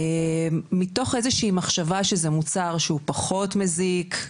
מתוך איזושהי מחשבה שזה מוצר שהוא פחות מזיק,